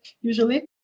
usually